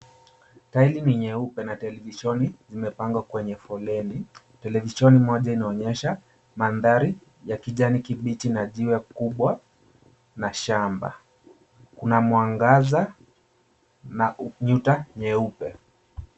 Tile ni nyeupe na televisheni zimepangwa kwenye foleni. Televisheni moja inaonyesha mandhari ya kijani kibichi na jiwe kubwa na shamba. Kuna mwangaza na nyuta nyeupe.